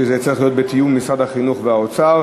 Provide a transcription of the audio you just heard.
שזה צריך להיות בתיאום עם משרד החינוך והאוצר,